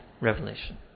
revelation